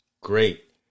great